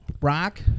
rock